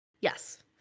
Yes